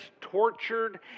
tortured